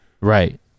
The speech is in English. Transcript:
Right